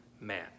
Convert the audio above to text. man